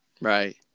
Right